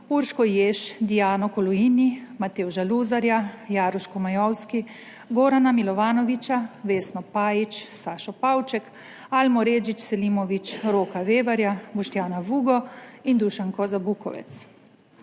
Urško Jež, Diano Koloini, Matevža Luzarja, Jaruško Majovski, Gorana Milovanovića, Vesno Pajić, Sašo Pavček, Almo Redžić Selimović, Roka Vevarja, Boštjana Vugo in Dušanko Zabukovec.